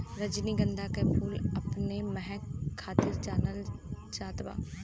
रजनीगंधा के फूल अपने महक खातिर जानल जात बा